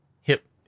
hip